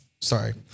sorry